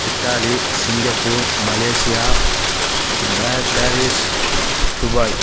Italy Singapore Malaysia ப Paris Dubai